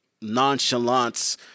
nonchalance